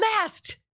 masked